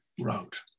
wrote